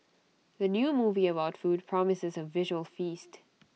the new movie about food promises A visual feast